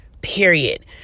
Period